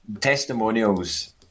testimonials